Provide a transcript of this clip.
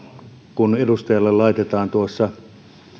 kun edustajalle laitetaan tuossa